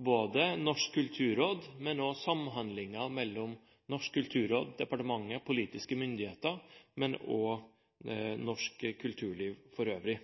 Norsk kulturråd og samhandlingen mellom Norsk kulturråd, departementet, politiske myndigheter og norsk kulturliv for øvrig.